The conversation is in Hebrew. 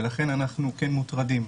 ולכן אנחנו כן מוטרדים,